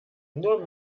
nur